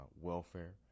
welfare